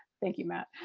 thank you, matt.